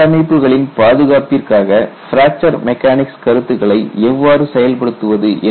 கட்டமைப்புகளின் பாதுகாப்பிற்காக fracture mechanics கருத்துக்களை எவ்வாறு செயல்படுத்துவது